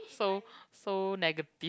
so so negative